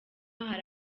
hari